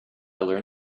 learn